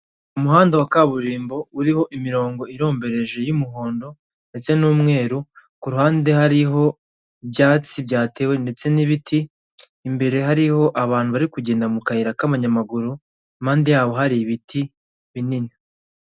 Umuhanda wa kaburimbo uriho imirongo irombereje y'umuhondo ndetse n'umweru, ku ruhande hariho ibyatsi byatewe ndetse n'ibiti, imbere hariho abantu bari kugenda mu kayira k'abanyamaguru, impande yaho hari ibiti binini.